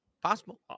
possible